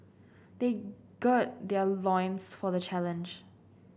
they gird their loins for the challenge